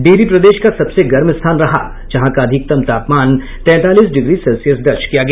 डिहरी प्रदेश का सबसे गर्म स्थान रहा जहां का अधिकतम तापमान तैंतालीस डिग्री सेल्सियस दर्ज किया गया